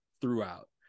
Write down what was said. throughout